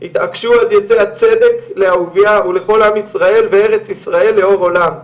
התעקשו עד יצא הצדק לאהוביה ולכל עם ישראל וארץ ישראל לאור עולם.